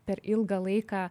per ilgą laiką